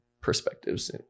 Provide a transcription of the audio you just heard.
perspectives